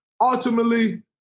ultimately